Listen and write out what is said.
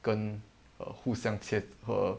跟 err 互相接合